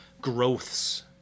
growths